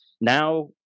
now